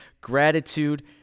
gratitude